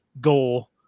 goal